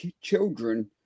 children